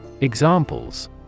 Examples